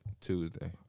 Tuesday